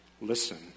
Listen